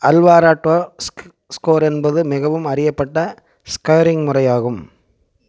Alvarado score என்பது மிகவும் அறியப்பட்ட ஸ்கேரிங் முறையாகும்